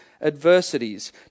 adversities